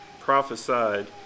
prophesied